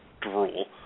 drool